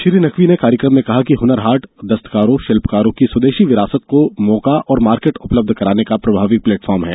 श्री नकवी ने कार्यक्र म में कहा कि हनर हाट दस्तकारों शिल्पकारों की स्वदेशी विरासत को मौका और मार्केट उपलब्ध कराने का प्रभावी प्लेटफार्म है